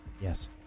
Yes